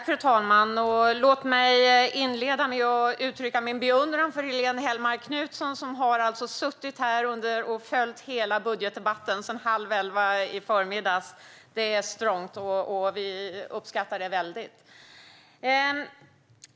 Fru talman! Låt mig inleda med att uttrycka min beundran för Helene Hellmark Knutsson, som har suttit här och följt hela budgetdebatten sedan halv elva i förmiddags. Det är strongt, och vi uppskattar det väldigt.